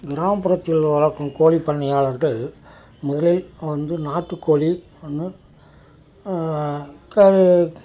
கிராமப்புறத்தில் வளர்க்கும் கோழி பண்ணையாளர்கள் முதலில் வந்து நாட்டு கோழி ஒன்று